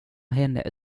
henne